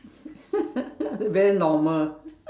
very normal